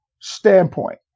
standpoint